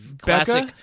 classic